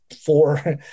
four